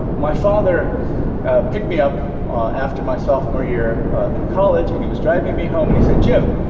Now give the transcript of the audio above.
my father picked me up after my sophomore year in college, and he was driving me home, and he said, jim,